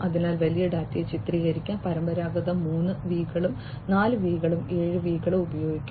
അതിനാൽ വലിയ ഡാറ്റയെ ചിത്രീകരിക്കാൻ പരമ്പരാഗത 3 V കളും 4 V കളും 7 V കളും ഉപയോഗിക്കും